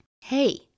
Hey